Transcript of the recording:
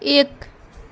एक